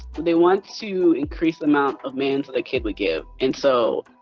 they want to increase the amount of mands the kid would give and so,